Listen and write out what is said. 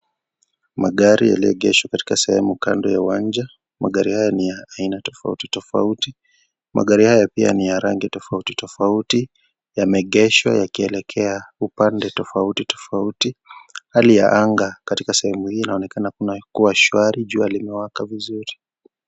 Magari yaliyoegeshwa katika sehemu kando ya uwanja. Magari haya ni ya aina tofauti tofauti. Magari haya pia ni ya rangi tofauti tofauti, yameegeshwa yakielekea upande tofauti tofauti. Hali ya anga katika sehemu hii inaonekana kuwa shwari jua limewaka vizuri.